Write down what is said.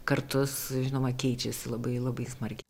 kartus žinoma keičiasi labai labai smarkiai